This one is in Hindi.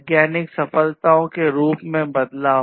वैज्ञानिक सफलताओं के रूप में बदलाव